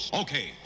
okay